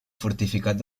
fortificat